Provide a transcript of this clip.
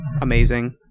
amazing